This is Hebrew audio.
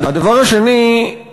הדבר השני,